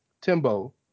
Timbo